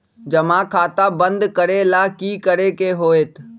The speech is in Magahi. जमा खाता बंद करे ला की करे के होएत?